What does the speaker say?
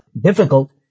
difficult